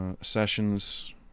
sessions